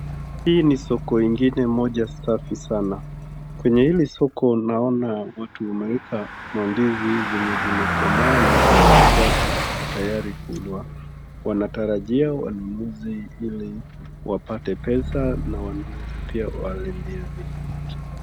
Hii ni soko ingine moja safi sana, kwenye hili soko naona watu wameweka mandizi zenye zimekomaa na zimeiva na ziko tayari kulwa, wanatarajia wanunuzi ili wapate pesa na wanunuzi pia wale ndizi.